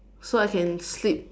so I can sleep